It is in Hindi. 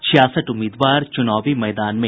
छियासठ उम्मीदवार चुनावी मैदान में